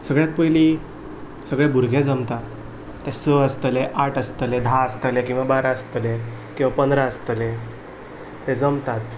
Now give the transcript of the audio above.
सगळ्यांत पयलीं सगळे भुरगे जमतात ते स आसतले आठ आसतले धा आसतले किंवां बारा आसतले किंवां पंदरा आसतले ते जमतात